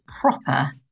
proper